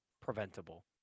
preventable